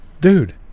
Dude